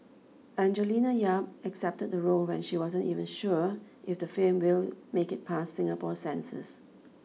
Angelina Yap accepted the role when she wasn't even sure if the film will make it past Singapore's censors